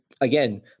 again